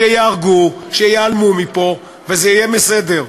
שייהרגו, שייעלמו מפה, וזה יהיה בסדר.